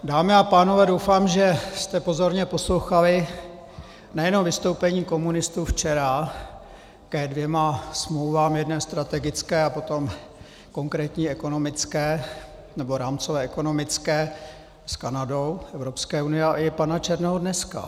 Dámy a pánové, doufám, že jste pozorně poslouchali nejenom vystoupení komunistů včera ke dvěma smlouvám, jedné strategické a potom konkrétní ekonomické, nebo rámcové ekonomické, Evropské unie s Kanadou, a i pana Černého dneska.